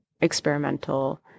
experimental